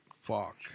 fuck